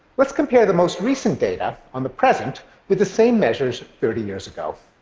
let's compare the most recent data on the present with the same measures thirty years ago.